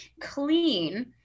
Clean